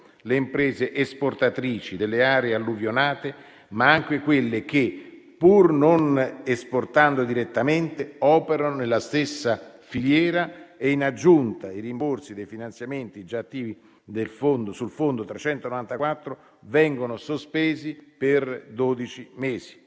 le imprese esportatrici delle aree alluvionate, ma anche quelle che, pur non esportando direttamente, operano nella stessa filiera. In aggiunta, i rimborsi dei finanziamenti già attivi sul Fondo 394 vengono sospesi per dodici mesi.